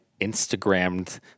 instagrammed